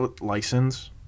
license